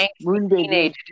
teenage